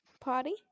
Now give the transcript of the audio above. party